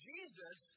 Jesus